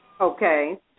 okay